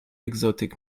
exotic